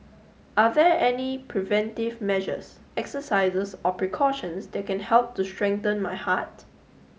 are there any preventive measures exercises or precautions that can help to strengthen my heart